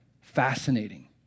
fascinating